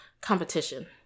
competition